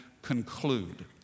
conclude